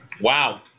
Wow